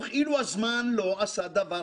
וכאילו הזמן לא עשה דבר